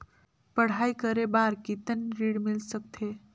पढ़ाई करे बार कितन ऋण मिल सकथे?